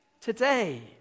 Today